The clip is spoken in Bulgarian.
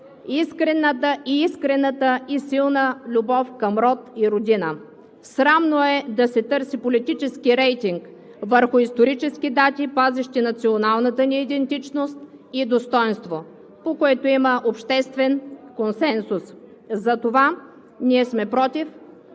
искрената и силна любов към род и родина. Срамно е да се търси политически рейтинг върху исторически дати, пазещи националната ни идентичност и достойнство, по което има обществен консенсус. Затова ние сме против